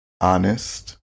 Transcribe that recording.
honest